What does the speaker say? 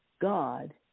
God